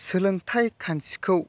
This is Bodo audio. सोलोंथाय खान्थिखौ